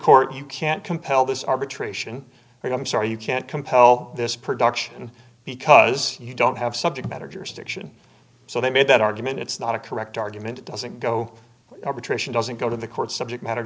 court you can't compel this arbitration but i'm sorry you can't compel this production because you don't have subject matter jurisdiction so they made that argument it's not a correct argument it doesn't go arbitration doesn't go to the courts subject matter